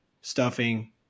stuffing